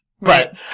Right